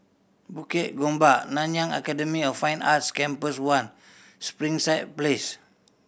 Bukit Gombak Nanyang Academy of Fine Arts Campus One Springside Place